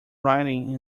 writing